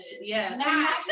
yes